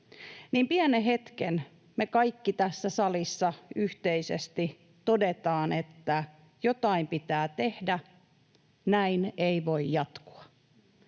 pienen hetken me kaikki tässä salissa yhteisesti todetaan, että jotain pitää tehdä, näin ei voi jatkua,